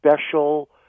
special